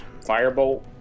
firebolt